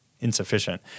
insufficient